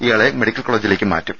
ഇയാളെ മെഡിക്കൽ കോളജിലേക്ക് മാറ്റും